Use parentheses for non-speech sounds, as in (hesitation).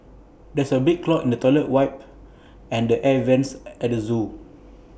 there is A big clog in the toilet wipe and the air Vents (hesitation) at the Zoo